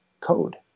code